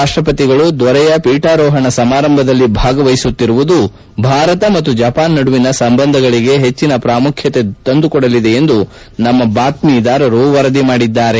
ರಾಷ್ಟ ಪತಿಗಳು ದೊರೆಯ ಪೀಠಾರೋಹಣ ಸಮಾರಂಭದಲ್ಲಿ ಭಾಗವಹಿಸುತ್ತಿರುವುದು ಭಾರತ ಮತ್ತು ಜಪಾನ್ ನಡುವಿನ ಸಂಬಂಧಗಳಿಗೆ ಹೆಚ್ಚಿನ ಪ್ರಾಮುಖ್ಯತೆ ತಂದುಕೊಡಲಿದೆ ಎಂದು ನಮ್ಮ ಬಾತ್ನೀದಾರರು ವರದಿ ಮಾಡಿದ್ದಾರೆ